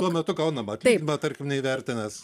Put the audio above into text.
tuo metu gaunamą atlyginimą tarkim neįvertinęs